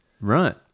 right